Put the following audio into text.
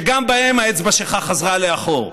שגם בהם האצבע שלך חזרה לאחור,